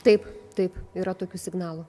taip taip yra tokių signalų